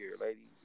ladies